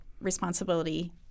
responsibility